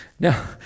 Now